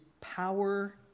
power